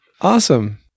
Awesome